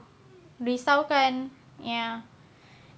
risaukan ya